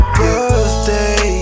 birthday